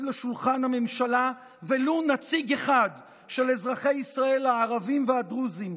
לשולחן הממשלה ולו נציג אחד של אזרחי ישראל הערבים והדרוזים,